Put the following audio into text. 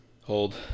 Hold